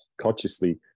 consciously